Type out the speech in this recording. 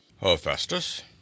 Hephaestus